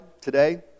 today